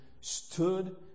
stood